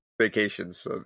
vacations